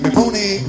pony